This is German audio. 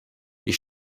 ich